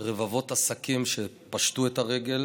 רבבות עסקים שפשטו את הרגל